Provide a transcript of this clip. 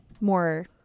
more